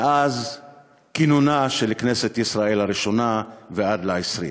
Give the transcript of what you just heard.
מאז כינונה של כנסת ישראל הראשונה ועד הכנסת העשרים.